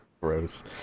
gross